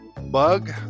bug